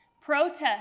Protest